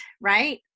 right